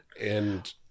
And-